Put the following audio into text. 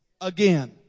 again